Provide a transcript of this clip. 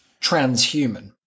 transhuman